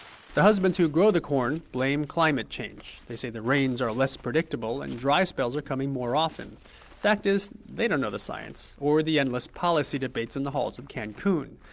the husbands who grow the corn blame climate change they say rains are less predictable, and dry spells are coming more often fact is, they don't know the science or the endless policy debates in the halls of cancun.